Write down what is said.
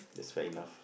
that's fair enough